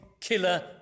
killer